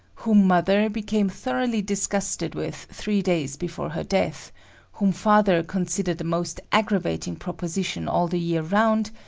whom mother, became thoroughly disgusted with three days before her death whom father considered a most aggravating proposition all the year round,